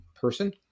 person